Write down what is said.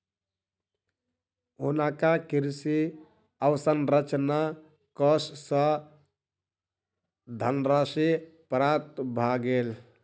हुनका कृषि अवसंरचना कोष सँ धनराशि प्राप्त भ गेल